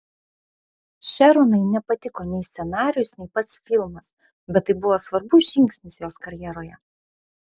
šeronai nepatiko nei scenarijus nei pats filmas bet tai buvo svarbus žingsnis jos karjeroje